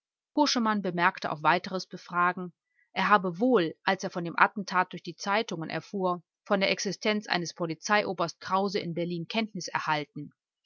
koschemann bemerkte auf weiteres befragen er habe wohl als er von dem attentat durch die zeitungen erfuhr von der existenz eines polizeioberst krause in berlin kenntnis erhalten